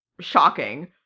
shocking